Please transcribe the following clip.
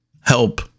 help